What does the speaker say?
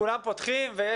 כולם פותחים?